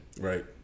right